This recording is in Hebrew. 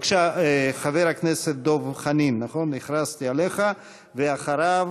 בבקשה, חבר הכנסת דב חנין, הכרזתי עליך, ואחריו,